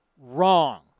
wrong